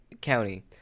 county